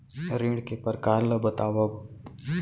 ऋण के परकार ल बतावव?